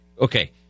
okay